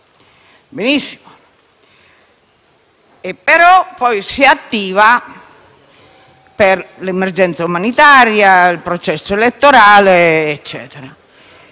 Benissimo. Poi, si attiva per l'emergenza umanitaria, il processo elettorale e altro